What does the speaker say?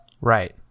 Right